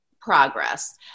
progress